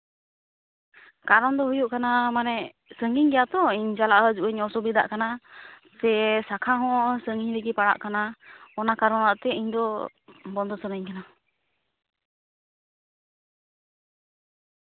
ᱠᱟᱨᱚᱱ ᱫᱚ ᱦᱩᱭᱩᱜ ᱠᱟᱱᱟ ᱢᱟᱱᱮ ᱥᱟᱺᱜᱤᱧ ᱜᱮᱭᱟ ᱛᱚ ᱤᱧ ᱪᱟᱞᱟᱜ ᱦᱟᱹᱡᱩᱜ ᱤᱧ ᱚᱥᱩᱵᱤᱛᱟᱜ ᱠᱟᱱᱟ ᱥᱮ ᱥᱟᱠᱷᱟ ᱦᱚᱸ ᱥᱟᱺᱜᱤᱧ ᱨᱮᱜᱮ ᱯᱟᱲᱟᱜ ᱠᱟᱱᱟ ᱚᱱᱟ ᱠᱟᱨᱚᱱᱟᱜ ᱛᱮ ᱤᱧ ᱫᱚ ᱵᱚᱱᱫᱚ ᱥᱟᱱᱟᱧ ᱠᱟᱱᱟ